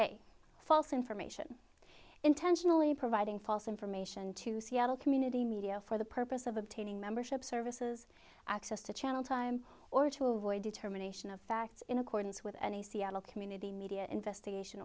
prohibited false information intentionally providing false information to seattle community media for the purpose of obtaining membership services access to channel time or to avoid determination of facts in accordance with any seattle community media investigation